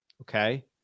Okay